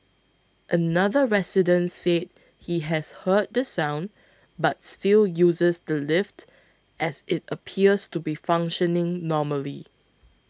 another resident said he has heard the sound but still uses the lift as it appears to be functioning normally